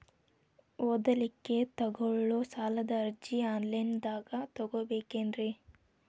ಓದಲಿಕ್ಕೆ ತಗೊಳ್ಳೋ ಸಾಲದ ಅರ್ಜಿ ಆನ್ಲೈನ್ದಾಗ ತಗೊಬೇಕೇನ್ರಿ?